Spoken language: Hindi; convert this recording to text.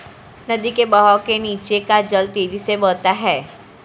नदी के बहाव के नीचे का जल तेजी से बहता है